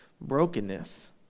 brokenness